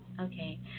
Okay